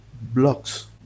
blocks